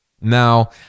Now